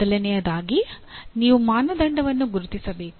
ಮೊದಲನೆಯದಾಗಿ ನೀವು ಮಾನದಂಡವನ್ನು ಗುರುತಿಸಬೇಕು